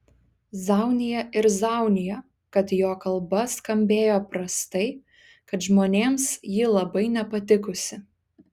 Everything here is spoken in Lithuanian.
zaunija ir zaunija kad jo kalba skambėjo prastai kad žmonėms ji labai nepatikusi